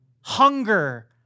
Hunger